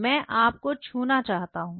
मैं आप को छूना चाहता हूं